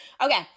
Okay